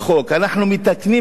אנחנו מתקנים עיוות.